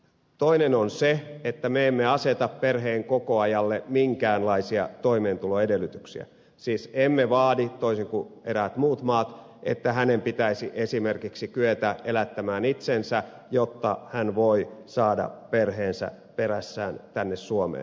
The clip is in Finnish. toinen on se että me emme aseta perheenkokoajalle minkäänlaisia toimeentuloedellytyksiä siis emme vaadi toisin kuin eräät muut maat että perheenkokoajan pitäisi esimerkiksi kyetä elättämään itsensä jotta hän voi saada perheensä perässään tänne suomeen